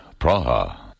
Praha